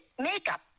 makeup